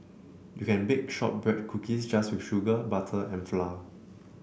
you can bake shortbread cookies just with sugar butter and flour